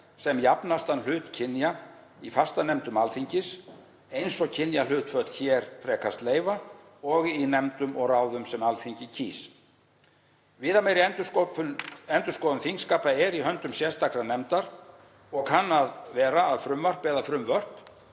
sem jafnastan hlut kynja í fastanefndum Alþingis, eins og kynjahlutföll hér frekast leyfa, og í nefndum og ráðum sem Alþingi kýs. Viðameiri endurskoðun þingskapa er í höndum sérstakrar nefndar og kann að vera að frumvarp eða frumvörp